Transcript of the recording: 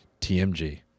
TMG